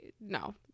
no